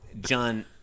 John